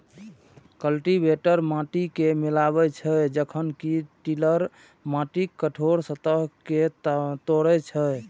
cultivator माटि कें मिलाबै छै, जखन कि टिलर माटिक कठोर सतह कें तोड़ै छै